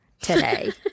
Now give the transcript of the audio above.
today